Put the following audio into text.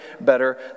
better